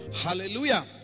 Hallelujah